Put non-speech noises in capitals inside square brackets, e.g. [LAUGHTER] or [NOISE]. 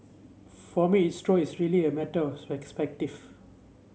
for me [UNINTELLIGIBLE] it's really a matter of [UNINTELLIGIBLE]